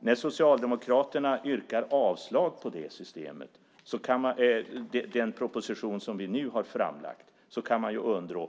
När Socialdemokraterna yrkar avslag på den proposition som vi nu har framlagt kan man undra